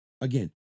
Again